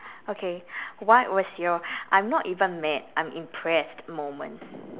okay what was your I'm not even mad I'm impressed moment